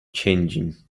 changing